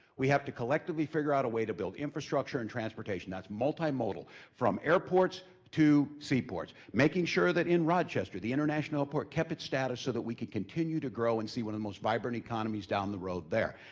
we have to collectively figure out a way to build infrastructure and transportation that's multimodal. from airports to seaports. making sure that in rochester, the international airport kept its status so that we could continue to grow and see one of the most vibrant economies down the road there.